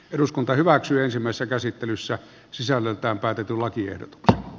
eduskunta hyväksyisimmässä käsittelyssä sisällöltään päätin tulla kierto